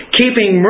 keeping